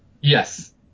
Yes